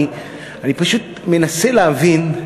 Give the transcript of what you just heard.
אני פשוט מנסה להבין.